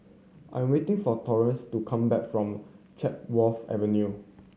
I'm waiting for Torrance to come back from Chatsworth Avenue